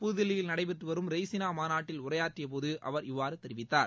புதுதில்லியில் நடைபெற்று வரும் ரெய்சினா மாநாட்டில் உரையாற்றியபோது அவர் இவ்வாறு தெரிவித்தார்